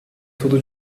tudo